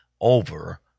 over